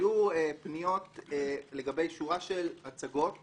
היו פניות לגבי שורה של הצגות